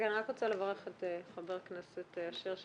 אם אני לא יכול לשלוח וואטסאפ או מייל,